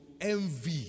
envy